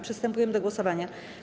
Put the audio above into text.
Przystępujemy do głosowania.